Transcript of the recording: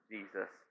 Jesus